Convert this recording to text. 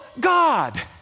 God